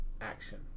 action